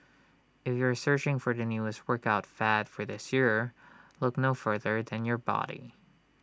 if you are searching for the newest workout fad for this year look no further than your body